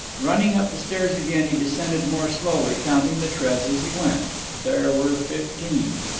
running up the stairs again, he descended more slowly, counting the treads as he went. there were fifteen.